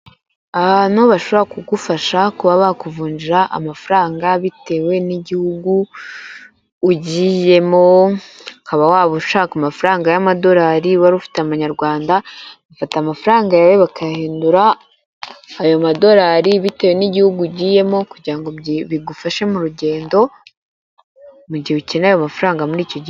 Ahantu bashobora kugufasha kuba bakuvunjira amafaranga bitewe n'igihugu ugiyemo, ukaba waba ushaka amafaranga y'amadolari wari ufite amanyarwanda, bafata amafaranga yawe bakayahindura ayo madorari bitewe n'igihugu ugiyemo kugira bigufashe mu rugendo, mu gihe ukeneye amafaranga muri icyo gihe.